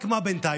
רק מה בינתיים?